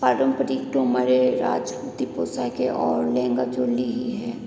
पारंपरिक तो हमारे राजपूती पोशाक हैं और लहंगा चोली ही है